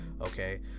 Okay